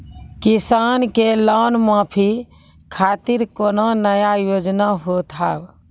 किसान के लोन माफी खातिर कोनो नया योजना होत हाव?